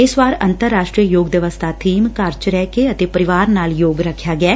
ਇਸ ਵਾਰ ਅੰਤਰ ਰਾਸ਼ਟਰੀ ਯੋਗ ਦਿਵਸ ਦਾ ਬੀਮ ਘਰ ਚ ਰਹਿ ਕੇ ਅਤੇ ਪਰਿਵਾਰ ਨਾਲ ਯੋਗ ਰੱਖਿਆ ਗਿਐ